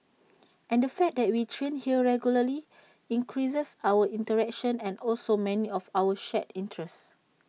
and the fact that we train here regularly increases our interaction and also many of our shared interests